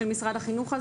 של משרד החינוך,